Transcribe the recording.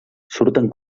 surten